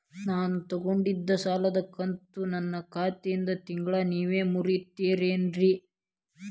ನಾ ತೊಗೊಂಡಿದ್ದ ಸಾಲದ ಕಂತು ನನ್ನ ಖಾತೆಯಿಂದ ತಿಂಗಳಾ ನೇವ್ ಮುರೇತೇರೇನ್ರೇ?